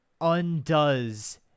undoes